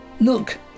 look